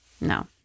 no